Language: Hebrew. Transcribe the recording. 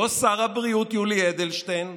לא לאמון שר הבריאות יולי אדלשטיין,